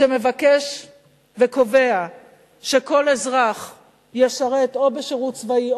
שמבקש וקובע שכל אזרח ישרת או בשירות צבאי,